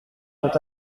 sont